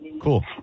Cool